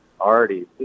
already